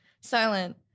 silent